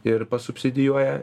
ir subsidijuoja